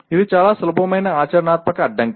ఇది చాలా సులభమైన ఆచరణాత్మక అడ్డంకి